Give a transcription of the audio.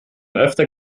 öfter